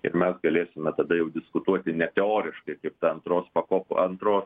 ir mes galėsime tada jau diskutuoti ne teoriškai kaip ta antros pakopų antros